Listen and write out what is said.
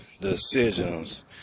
decisions